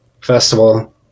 festival